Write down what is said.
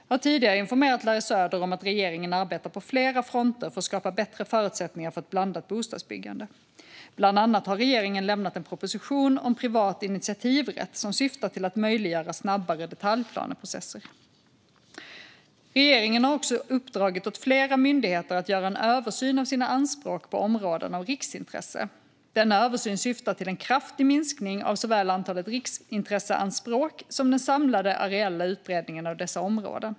Jag har tidigare informerat Larry Söder om att regeringen arbetar på flera fronter för att skapa bättre förutsättningar för ett blandat bostadsbyggande. Bland annat har regeringen lämnat en proposition om privat initiativrätt som syftar till att möjliggöra snabbare detaljplaneprocesser. Regeringen har också uppdragit åt flera myndigheter att göra en översyn av sina anspråk på områden av riksintresse. Denna översyn syftar till en kraftig minskning av såväl antalet riksintresseanspråk som den samlade areella utbredningen av dessa områden.